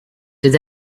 that